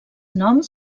noms